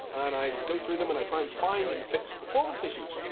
and i go through them, and i try and find and fix performance issues.